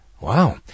Wow